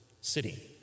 city